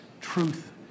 truth